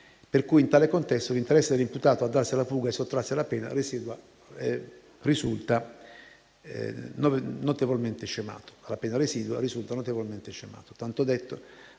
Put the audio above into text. per cui, in tale contesto, l'interesse dell'imputato a darsi alla fuga e a sottrarsi alla pena residua risulta notevolmente scemato.